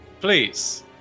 Please